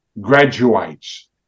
graduates